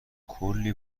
کلی